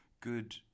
good